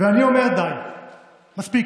ואני אומר: די, מספיק.